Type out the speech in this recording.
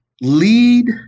lead